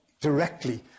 directly